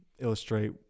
illustrate